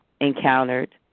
encountered